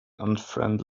unfriendly